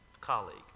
colleague